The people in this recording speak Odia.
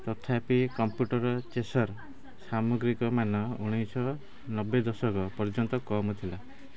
ତଥାପି କମ୍ପ୍ୟୁଟର୍ ଚେସର୍ ସାମଗ୍ରିକମାନ ଉଣେଇଶିଶହ ନବେ ଦଶକ ପର୍ଯ୍ୟନ୍ତ କମ୍ ଥିଲା